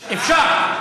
אפשר.